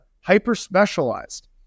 hyper-specialized